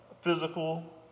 physical